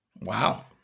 Wow